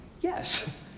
Yes